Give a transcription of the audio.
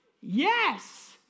yes